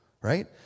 right